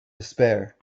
despair